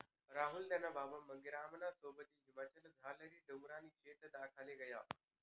राहुल त्याना बाबा मांगेरामना सोबत हिमाचलमझारली डोंगरनी शेती दखाले गया